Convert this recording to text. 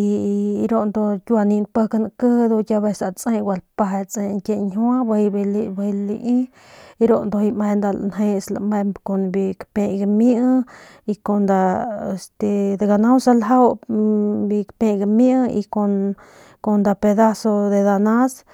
y ru ndu kiua nipik nkiji ru kiau nip lai kiau gua lapeje ast tsi kie kanjua bijiy lai ru ndujuy meje lanjes lamemp kun biu kapiay gamie kun nda ganau saljau biu kapiay gamie kun nda pedazo de danas.